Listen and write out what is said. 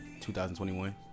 2021